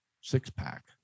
six-pack